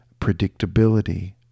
predictability